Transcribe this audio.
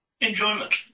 Enjoyment